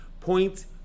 Point